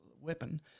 weapon